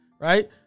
right